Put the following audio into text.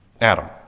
Adam